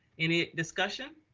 any discussion?